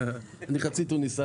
שר הנגב,